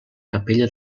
capella